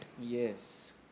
Yes